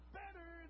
better